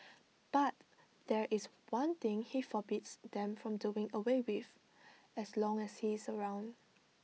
but there is one thing he forbids them from doing away with as long as he is around